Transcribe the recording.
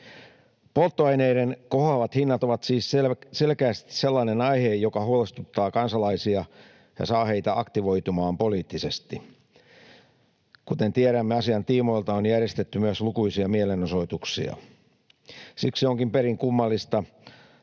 Polttoaineiden kohoavat hinnat ovat siis selkeästi sellainen aihe, joka huolestuttaa kansalaisia ja saa heitä aktivoitumaan poliittisesti. Kuten tiedämme, asian tiimoilta on järjestetty myös lukuisia mielenosoituksia. Siksi onkin perin kummallista,